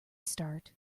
start